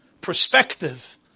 perspective